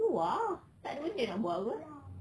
keluar ah takde benda nak buat [pe]